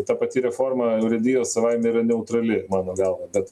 ta pati reforma urėdijos savaime yra neutrali mano galva bet